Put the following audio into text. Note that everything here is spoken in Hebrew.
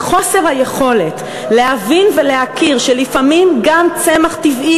וחוסר היכולת להבין ולהכיר שלפעמים גם צמח טבעי,